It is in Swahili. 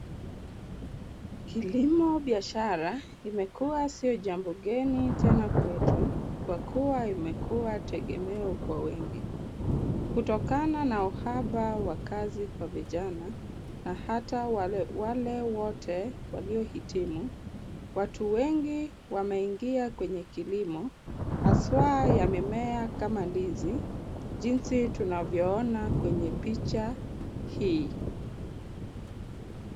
Kilimo biashara imekuwa sio jambo geni tena kwetu kwa kuwa imekuwa tegemeo kwa wengi kutokana na uhaba wa kazi kwa vijana na hata wale wote waliohitimu. Watu wengi wameingia kwenye kilimo haswa ya mimea kama ndizi jinsi tunavyoona kwenye picha hii.